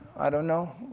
i don't know,